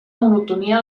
monotonia